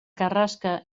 carrasca